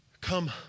Come